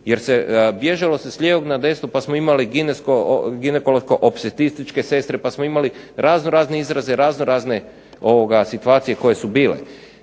jer se, bježalo se s lijevog na desno pa smo imali ginekološko …/Ne razumije se./… sestre pa smo imali raznorazne izraze, raznorazne situacije koje su bile,